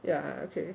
ya okay